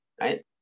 right